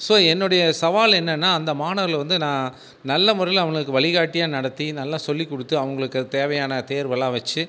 so என்னுடைய சவால் என்னென்னா அந்த மாணவர்களை வந்து நான் நல்ல முறையில் அவங்களுக்கு வழிகாட்டியாக நடத்தி நல்லா சொல்லிகொடுத்து அவங்களுக்கு அது தேவையான தேர்வு எல்லாம் வச்சு